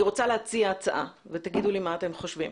אני רוצה להציע הצעה, ותגידו לי מה אתם חושבים.